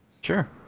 Sure